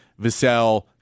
Vassell